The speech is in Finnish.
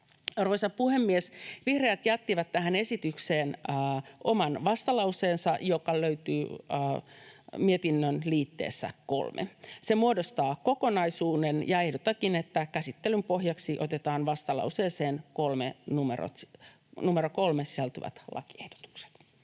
Arvoisa puhemies! Vihreät jättivät tähän esitykseen oman vastalauseensa, joka löytyy mietinnön liitteestä 3. Se muodostaa kokonaisuuden, ja ehdotankin, että käsittelyn pohjaksi otetaan vastalauseeseen numero 3 sisältyvät lakiehdotukset.